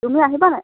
তুমি আহিবা নাই